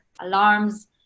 alarms